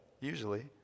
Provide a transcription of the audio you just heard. usually